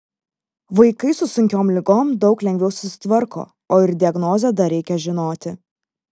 vaikai su sunkiom ligom daug lengviau susitvarko o ir diagnozę dar reikia žinoti